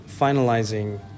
finalizing